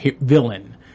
villain